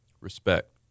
respect